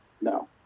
No